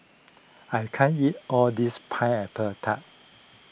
I can't eat all this Pineapple Tart